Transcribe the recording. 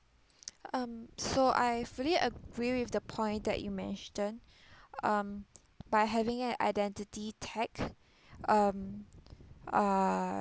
um so I fully agree with the point that you mentioned um by having an identity tag um uh